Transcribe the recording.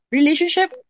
relationship